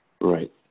Right